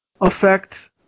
affect